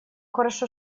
хорошо